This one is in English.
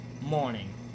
morning